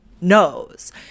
knows